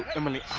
the money.